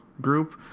group